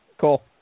Cool